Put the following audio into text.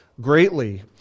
greatly